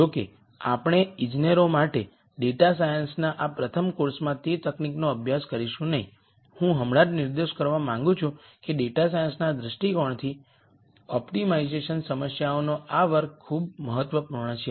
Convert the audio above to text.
જોકે આપણે ઇજનેરો માટે ડેટા સાયન્સના આ પ્રથમ કોર્સમાં તે તકનીકનો અભ્યાસ કરીશું નહીં હું હમણાં જ નિર્દેશ કરવા માંગુ છું કે ડેટા સાયન્સના દૃષ્ટિકોણથી ઓપ્ટિમાઇઝેશન સમસ્યાઓનો આ વર્ગ ખૂબ મહત્વપૂર્ણ છે